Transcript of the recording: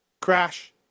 Crash